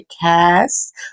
cast